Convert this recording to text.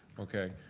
okay.